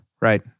right